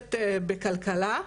מקובלת בכלכלה.